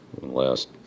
last